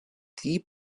die